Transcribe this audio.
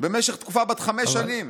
במשך תקופה בת חמש שנים".